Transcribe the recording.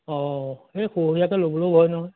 অঁ এই সৰহীয়াকৈ ল'বলৈও ভয় নহয়